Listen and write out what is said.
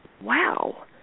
wow